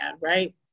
right